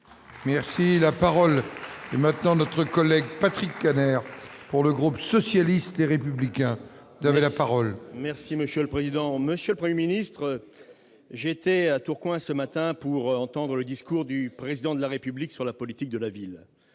Merci, la parole est maintenant notre collègue Patrick Kanner. Pour le groupe socialiste et républicain, donner la parole. Merci monsieur le président, Monsieur le 1er ministre j'étais à Tourcoing ce matin pour entendre le discours du président de la République sur la politique de la ville,